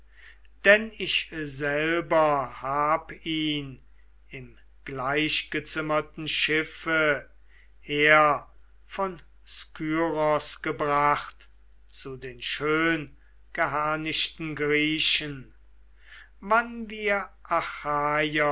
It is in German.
denn ich selber hab ihn im gleichgezimmerten schiffe her von skyros gebracht zu den schöngeharnischten griechen wann wir